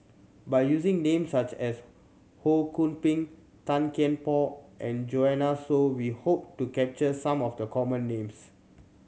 by using name such as Ho Kwon Ping Tan Kian Por and Joanne Soo we hope to capture some of the common names